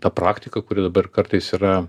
ta praktika kuri dabar kartais yra